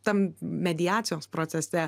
tam mediacijos procese